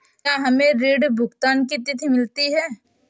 क्या हमें ऋण भुगतान की तिथि मिलती है?